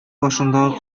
башындагы